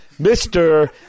Mr